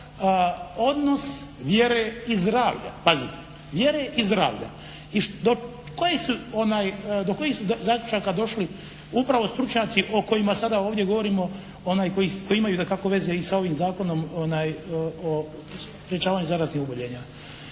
"Odnos vjere i zdravlja". I do kojih su zaključaka došli upravo stručnjaci o kojima sada ovdje govorimo koji imaju dakako veze i sa ovim Zakonom o sprječavanju zaraznih oboljenja.